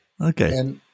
Okay